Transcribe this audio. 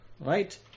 right